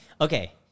okay